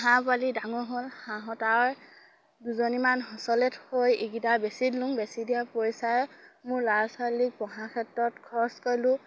হাঁহ পোৱালি ডাঙৰ হ'ল হাঁহত দুজনীমান সঁচলে থৈ ইকিটা বেছি দিলোঁ বেছি দিয়া পইচাই মোৰ ল'ৰা ছোৱালীক পঢ়া ক্ষেত্ৰত খৰচ কৰিলোঁ